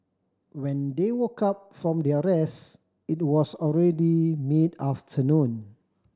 when they woke up from their rest it was already mid afternoon